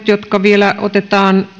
jotka vielä otetaan